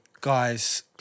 Guys